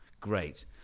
great